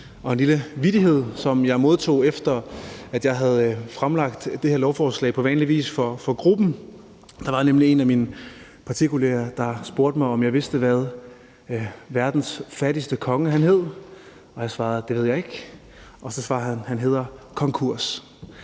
og en lille vittighed, som jeg modtog, efter at jeg havde fremlagt det her lovforslag på vanlig vis for gruppen. Der var nemlig en af mine partikollegaer, der spurgte mig, om jeg vidste, hvad verdens fattigste konge hed. Jeg svarede: Det ved jeg ikke. Og så svarede han: Han hedder kong Kurs.